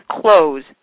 close